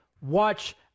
Watch